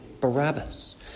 Barabbas